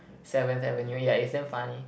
Seventh Avenue ya it's damn funny